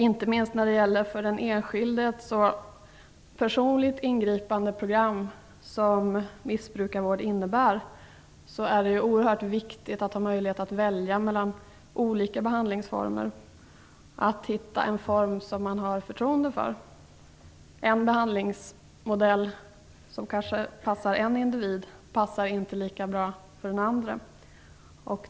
Inte minst när det gäller för den enskilde så personligt ingripande program som missbrukarvård är det oerhört viktigt att ha möjlighet att välja mellan olika behandlingsformer, för att finna en form som man har förtroende för. En behandlingsmodell som passar en individ kanske inte passar lika bra för en annan.